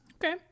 Okay